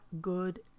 good